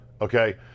Okay